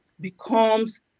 becomes